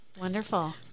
Wonderful